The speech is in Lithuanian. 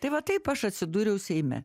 tai va taip aš atsidūriau seime